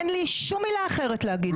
אין לי שום מילה אחרת להגיד על זה.